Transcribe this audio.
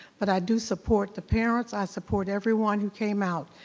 but i do support the parents, i support everyone who came out,